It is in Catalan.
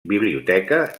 biblioteca